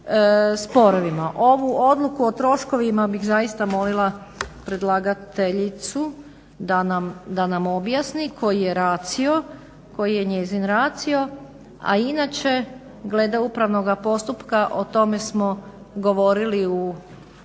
Ovu odluku o troškovima bih zaista molila predlagateljicu da nam objasni koji je racio, koji je njezin racio, a inače glede upravnoga postupka o tome smo govorili u raspravi